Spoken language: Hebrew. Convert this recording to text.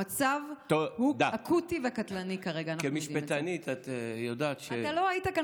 המצב הוא אקוטי וקטלני כרגע, אנחנו יודעים את זה.